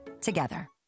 together